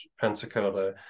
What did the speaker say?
Pensacola